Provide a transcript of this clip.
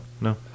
no